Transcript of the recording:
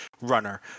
runner